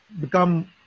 become